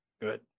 Good